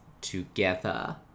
together